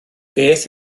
beth